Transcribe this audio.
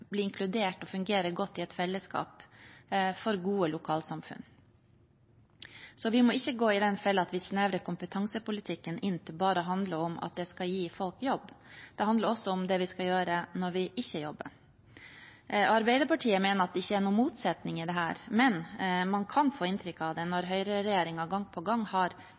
inkludert og fungere godt i et fellesskap, for gode lokalsamfunn. Så vi må ikke gå i den fellen at vi snevrer kompetansepolitikken inn til bare å handle om at den skal gi folk jobb. Den handler også om det vi skal gjøre når vi ikke jobber. Arbeiderpartiet mener at det ikke er noen motsetning i dette, men man kan få inntrykk av det når høyreregjeringen gang på gang har